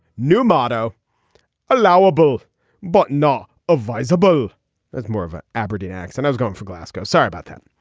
new motto allowable but not advisable as more of a aberdeen accent i was going for glasgow sorry about that.